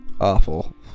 awful